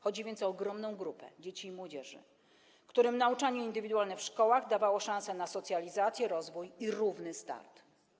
Chodzi więc o ogromną grupę dzieci i młodzieży, którym nauczanie indywidualne w szkołach dawało szansę na socjalizację, rozwój i równy start.